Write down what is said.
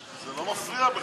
זה לא מפריע בכלל.